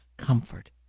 comfort